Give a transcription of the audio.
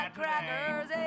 crackers